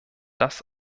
das